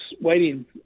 waiting